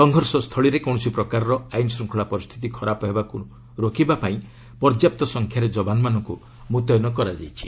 ସଂଘର୍ଷ ସ୍ଥଳୀରେ କୌଣସି ପ୍ରକାର ଆଇନଶ୍ରଙ୍ଖଳା ପରିସ୍ଥିତି ଖରାପ ହେବାକୁ ରୋକିବାପାଇଁ ପର୍ଯ୍ୟାପ୍ତ ସଂଖ୍ୟାରେ ଯବାନମାନଙ୍କୁ ମ୍ବତୟନ କରାଯାଇଛି